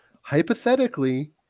Hypothetically